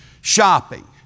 shopping